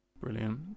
brilliant